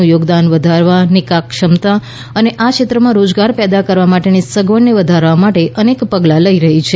નું થોગદાન વધારવા નિકાસ ક્ષમતા અને આ ક્ષેત્રમાં રોજગાર પેદા કરવા માટેની સગવડને વધારવા માટે અનેક પગલાં લઈ રહી છે